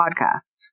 Podcast